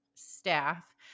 staff